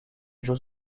jeux